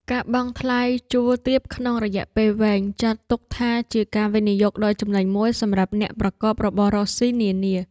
ការបង់ថ្លៃជួលទាបក្នុងរយៈពេលវែងចាត់ទុកថាជាការវិនិយោគដ៏ចំណេញមួយសម្រាប់អ្នកប្រកបរបររកស៊ីនានា។